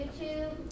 YouTube